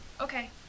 Okay